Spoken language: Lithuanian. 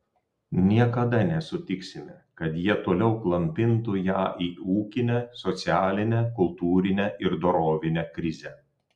niekada nesutiksime kad jie toliau klampintų ją į ūkinę socialinę kultūrinę ir dorovinę krizę